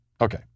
Okay